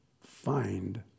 find